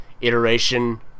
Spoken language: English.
iteration